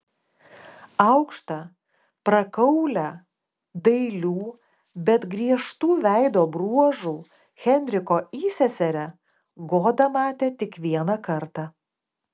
aukštą prakaulią dailių bet griežtų veido bruožų henriko įseserę goda matė tik vieną kartą